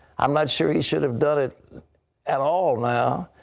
um not sure he should have done it at all now.